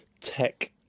tech